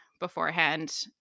beforehand